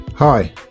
Hi